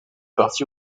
parti